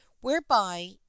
whereby